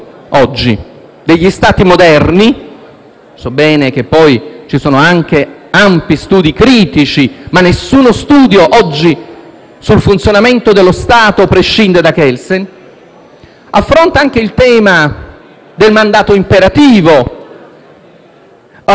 sul funzionamento dello Stato prescinde da Kelsen - affronta anche il tema del mandato imperativo, il tema delle immunità parlamentari. Questo a dire quanto sia moderna la riflessione di Kelsen; quanti